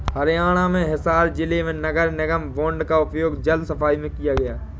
हरियाणा में हिसार जिले में नगर निगम बॉन्ड का उपयोग जल सफाई में किया गया